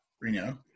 Reno